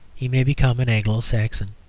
he may become an anglo-saxon.